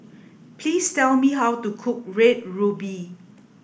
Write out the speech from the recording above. please tell me how to cook red ruby